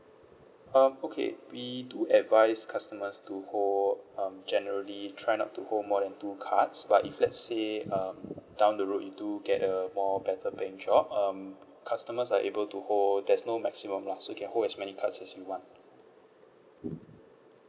uh okay we do advise customers to hold um generally try not to hold more than two cards but if let's say um down the road you do get a more better paying job um customers are able to hold there's no maximum lah so you can hold as many cards as you want